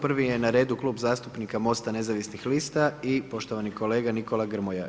Prvi je na redu Klub zastupnika MOST-a nezavisnih lista i poštovani kolega Nikola Grmoja.